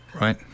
right